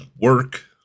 work